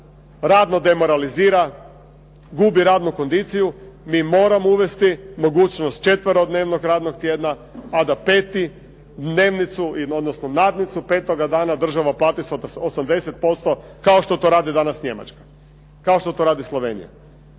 radno demoralizira, gubi radnu kondiciju. Mi moramo uvesti mogućnost četverodnevnog radnog tjedna, a da peti dnevnicu, odnosno nadnicu petoga dana država plati sa 80% kao što to radi danas Njemačka, kao što to radi Slovenija.